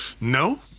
No